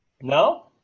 No